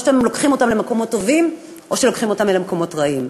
או לוקחים אותם למקומות טובים או לוקחים אותם למקומות רעים.